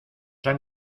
han